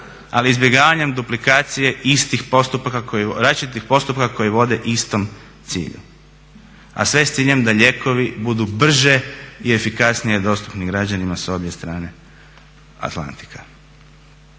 ali izbjegavanjem duplikacije različitih postupaka koji vode istom cilju, a sve s ciljem da lijekovi budu brže i efikasnije dostupni građanima s obje strane Atlantika.